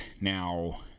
now